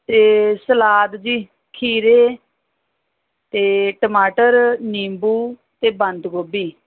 ਅਤੇ ਸਲਾਦ ਜੀ ਖੀਰੇ ਅਤੇ ਟਮਾਟਰ ਨਿੰਬੂ ਅਤੇ ਬੰਦ ਗੋਭੀ